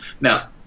Now